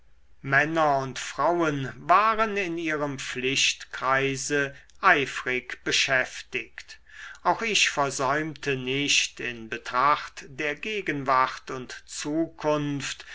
männer und frauen waren in ihrem pflichtkreise eifrig beschäftigt auch ich versäumte nicht in betracht der gegenwart und zukunft